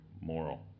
moral